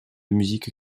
musique